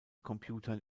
computern